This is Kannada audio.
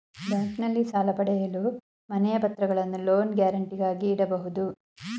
ಬ್ಯಾಂಕ್ನಲ್ಲಿ ಸಾಲ ಪಡೆಯಲು ಮನೆಯ ಪತ್ರಗಳನ್ನು ಲೋನ್ ಗ್ಯಾರಂಟಿಗಾಗಿ ಇಡಬಹುದು